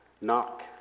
knock